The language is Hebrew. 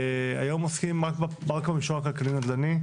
והיום עוסקים רק במישור הכלכלי נדל"ני,